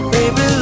Baby